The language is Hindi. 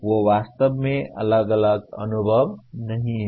वे वास्तव में अलग थलग अनुभव नहीं हैं